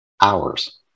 hours